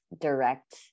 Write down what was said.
direct